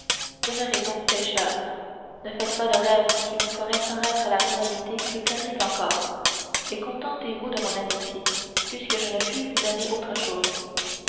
demeurez donc pêcheur ne faites point de rêves qui vous feraient paraître la réalité plus terrible encore et contentez-vous de mon amitié puisque je ne puis vous donner autre chose